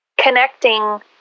connecting